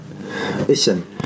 Listen